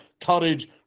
courage